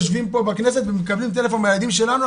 יושבים פה בכנסת ואנחנו מקבלים טלפון מהילדים שלנו,